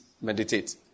meditate